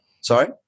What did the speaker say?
Sorry